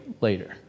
later